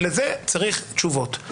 לזה צריך תשובות.